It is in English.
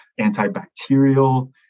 antibacterial